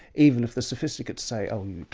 even if the sophisticates say, oh,